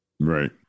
Right